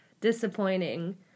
disappointing